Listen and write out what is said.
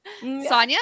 Sonia